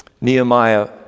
Nehemiah